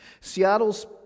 Seattle's